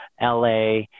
LA